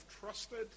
trusted